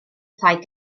plaid